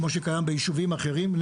כמו שקיים בישובים אחרים,